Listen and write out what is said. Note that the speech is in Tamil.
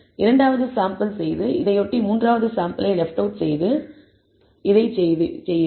இரண்டாவது சாம்பிள் லெஃப்ட் அவுட் செய்து இதையொட்டி மூன்றாவது சாம்பிள் லெஃப்ட் அவுட் செய்து இதைச் செய்யுங்கள்